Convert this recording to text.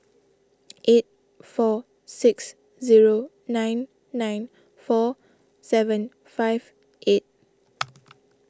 eight four six zero nine nine four seven five eight